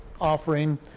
offering